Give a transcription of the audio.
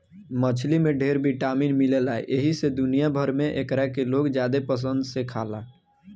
मछली में ढेर विटामिन मिलेला एही से दुनिया भर में एकरा के लोग ज्यादे पसंद से खाला